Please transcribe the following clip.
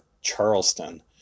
charleston